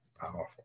powerful